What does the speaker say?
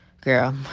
girl